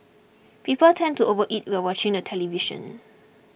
people tend to overeat while watching the television